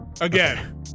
again